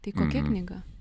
tai kokia knyga